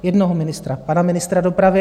Jednoho ministra, pana ministra dopravy...